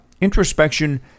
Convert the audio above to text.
introspection